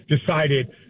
decided –